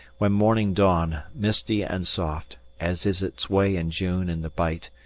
when morning dawned, misty and soft, as is its way in june in the bight,